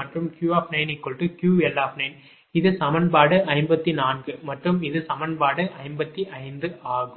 மற்றும் Q QL இது சமன்பாடு 54 மற்றும் இது சமன்பாடு 55 ஆகும்